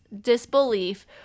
disbelief